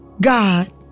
God